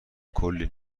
کلی